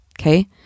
Okay